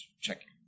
checking